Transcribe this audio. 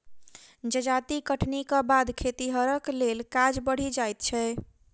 जजाति कटनीक बाद खतिहरक लेल काज बढ़ि जाइत छै